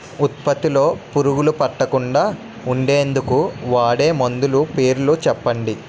ఉత్పత్తి లొ పురుగులు పట్టకుండా ఉండేందుకు వాడే మందులు పేర్లు చెప్పండీ?